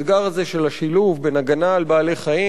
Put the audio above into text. האתגר הזה של השילוב בין הגנה על בעלי-החיים